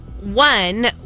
One